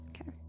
Okay